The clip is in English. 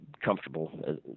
comfortable